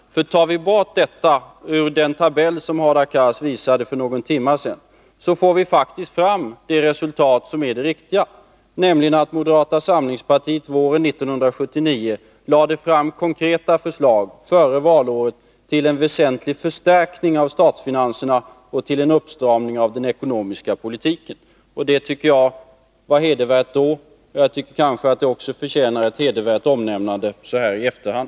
Tar vi bort det här ur den tabell som Hadar Cars visade för någon timme sedan, får vi faktiskt fram det resultat som är det riktiga, nämligen att moderata samlingspartiet våren 1979 lade fram konkreta förslag före valåret om en väsentlig förstärkning av statens finanser och om en uppstramning av den ekonomiska politiken. Det tycker jag var hedervärt då. Jag tycker att det också förtjänar ett hedervärt omnämnande så här i efterhand.